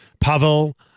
Pavel